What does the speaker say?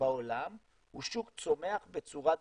בעולם הוא שוק צומח בצורה דרמטית,